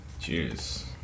Cheers